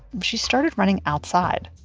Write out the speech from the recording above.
she started running outside,